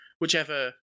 whichever